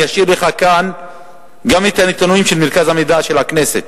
אני אשאיר לך כאן גם את הנתונים של מרכז המידע של הכנסת,